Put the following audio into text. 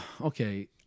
Okay